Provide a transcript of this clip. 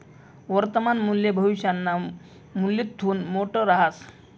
वर्तमान मूल्य भविष्यना मूल्यथून मोठं रहास